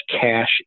cash